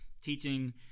teaching